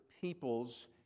people's